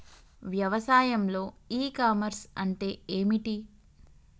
వ్యవసాయంలో e commerce అంటే ఏమిటి?